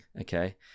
okay